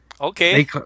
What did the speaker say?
Okay